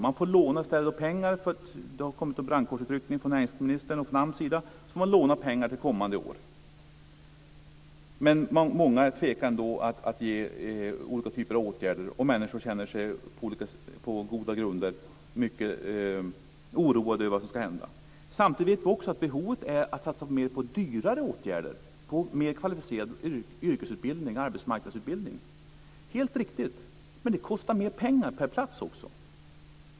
Man får i stället låna pengar till kommande år därför att det har kommit en brandkårsutryckning från näringsministern och från AMS. Många tvekar ändå att vidta olika typer av åtgärder. Människor känner sig på goda grunder mycket oroade över vad som ska hända. Samtidigt finns det ett behov av att satsa på dyrare åtgärder, på mer kvalificerad yrkesutbildning och arbetsmarknadsutbildning. Det är helt riktigt, men det kostar mer pengar per plats.